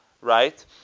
Right